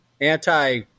anti